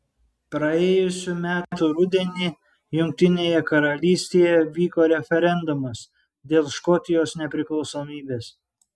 praėjusių metų rudenį jungtinėje karalystėje vyko referendumas dėl škotijos nepriklausomybės